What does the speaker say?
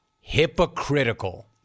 Hypocritical